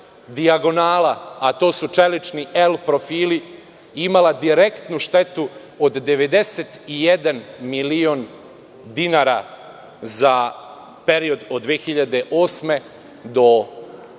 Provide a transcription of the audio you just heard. a to su čelični L profili imalo direktnu štetu od 91 milion dinara za period od 2008. i za